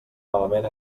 malament